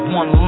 one